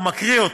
הוא מקריא אותה,